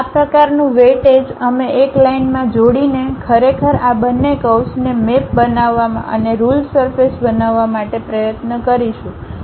આ પ્રકારનું વેઇટેજ અમે એક લાઈનમાં જોડીનેને ખરેખર આ બંને કર્વ્સને મેપ બનાવવા અને રુલ સરફેસ બનાવવા માટે પ્રયત્ન કરીશું